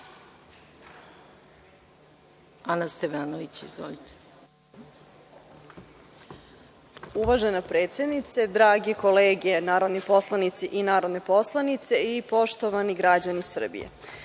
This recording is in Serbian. **Ana Stevanović** Uvažena predsednice, drage kolege narodni poslanici i narodne poslanice, poštovani građani Srbije,